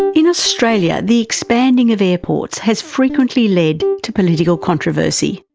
in australia the expanding of airports has frequently led to political controversy.